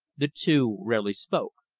the two rarely spoke.